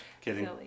Kidding